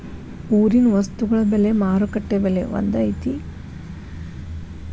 ಊರಿನ ವಸ್ತುಗಳ ಬೆಲೆ ಮಾರುಕಟ್ಟೆ ಬೆಲೆ ಒಂದ್ ಐತಿ?